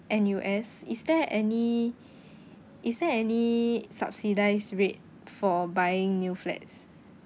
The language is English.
N_U_S is there any is there any subsidised rate for buying new flats